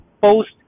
post